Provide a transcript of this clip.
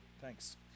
Thanks